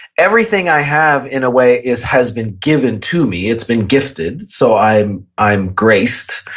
everything i have in a way is has been given to me. it's been gifted, so i'm i'm graced.